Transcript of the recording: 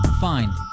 fine